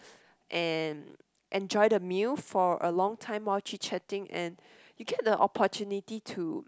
and enjoy the meal for a long time while chit-chatting and you get the opportunity to